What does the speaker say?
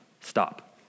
stop